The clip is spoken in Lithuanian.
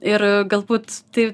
ir galbūt tai